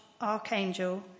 archangel